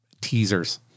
teasers